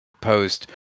post